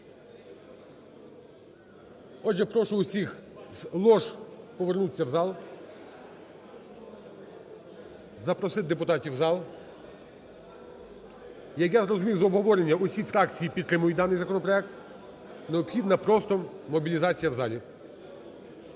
Отже, прошу з усіх лож повернутися в зал. Запросіть депутатів в зал. Як я зрозумів з обговорення, усі фракції підтримують даний законопроект, необхідна просто мобілізація в залі.